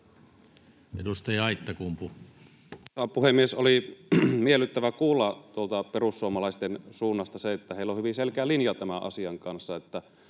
Content: Arvoisa puhemies! Oli miellyttävä kuulla tuolta perussuomalaisten suunnasta se, että heillä on hyvin selkeä linja tämän asian kanssa,